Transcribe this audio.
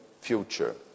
future